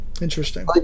Interesting